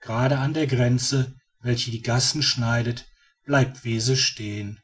gerade an der grenze welche die gassen scheidet bleibt wese stehen